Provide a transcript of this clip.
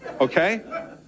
Okay